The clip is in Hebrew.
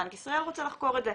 בנק ישראל רוצה לחקור את זה,